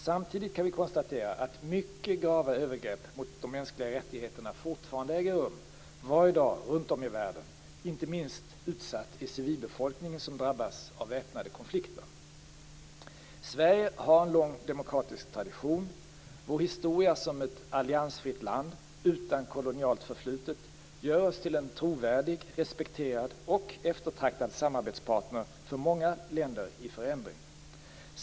Samtidigt kan vi konstatera att mycket grava övergrepp mot de mänskliga rättigheterna fortfarande äger rum - varje dag runt om i världen. Inte minst utsatt är civilbefolkningen som drabbas av väpnade konflikter. Sverige har en lång demokratisk tradition. Vår historia som ett alliansfritt land utan kolonialt förflutet gör oss till en trovärdig, respekterad och eftertraktad samarbetspartner för många länder i förändring.